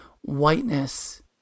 whiteness